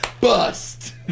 bust